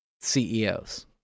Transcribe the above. CEOs